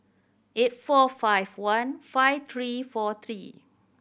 eight four five one five three four three